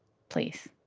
place,